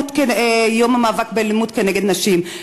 לא כלפי יום המאבק באלימות כנגד נשים,